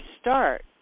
start